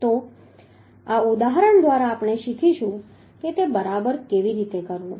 તો આ ઉદાહરણ દ્વારા આપણે શીખીશું કે તે બરાબર કેવી રીતે કરવું